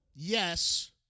Yes